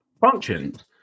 functions